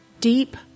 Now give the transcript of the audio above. deep